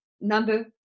number